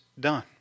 done